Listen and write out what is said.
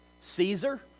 Caesar